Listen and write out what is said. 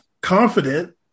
confident